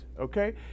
okay